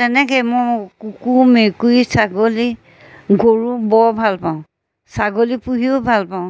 তেনেকৈয়ে মোৰ কুকুৰ মেকুৰী ছাগলী গৰু বৰ ভালপাওঁ ছাগলী পুহিও ভালপাওঁ